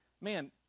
man